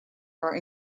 are